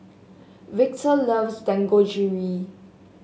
Victor loves Dangojiru